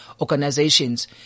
organizations